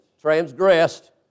transgressed